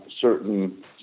certain